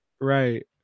right